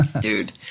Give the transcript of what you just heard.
Dude